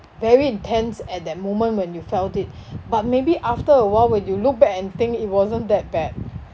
very intense at that moment when you felt it but maybe after awhile when you look back and think it wasn't that bad